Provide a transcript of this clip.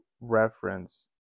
reference